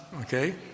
Okay